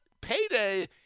Payday